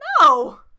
no